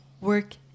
work